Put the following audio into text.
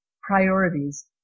priorities